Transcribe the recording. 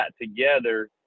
together